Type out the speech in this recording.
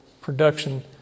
production